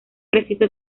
preciso